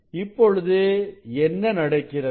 இப்பொழுது என்ன நடக்கிறது